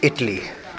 Italy